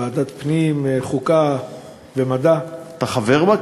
ועדת פנים, חוקה ומדע, אתה חבר בה?